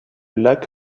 lac